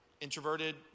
introverted